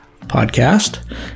Podcast